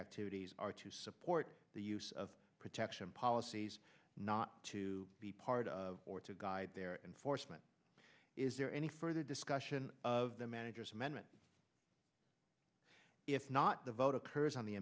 activities are to support the use of protection policies not to be part of or to guide their enforcement is there any further discussion of the manager's amendment if not the vote occurs on the